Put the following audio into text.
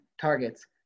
targets